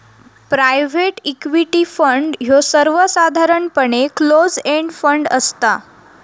private equity fund ह्यो सर्वसाधारणपणे close end fund असता